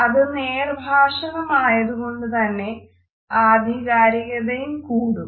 അത് നേർഭാഷണം ആയതു കൊണ്ടുതന്നെ ആധികാരികതയും കൂടും